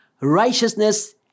Righteousness